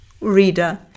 reader